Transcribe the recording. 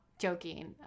joking